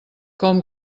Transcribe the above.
com